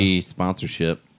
sponsorship